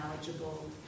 knowledgeable